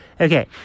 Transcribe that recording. Okay